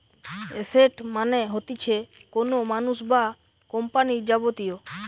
asset মানে হতিছে কোনো মানুষ বা কোম্পানির যাবতীয়